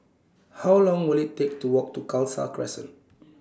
How Long Will IT Take to Walk to Khalsa Crescent